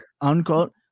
unquote